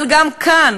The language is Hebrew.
אבל גם כאן,